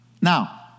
Now